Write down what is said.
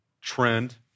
trend